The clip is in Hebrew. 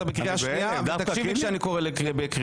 דווקא קינלי הכי שקט פה.